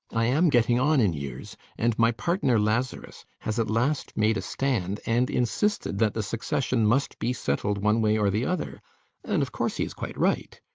i am getting on in years and my partner lazarus has at last made a stand and insisted that the succession must be settled one way or the other and of course he is quite right.